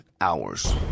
hours